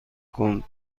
کند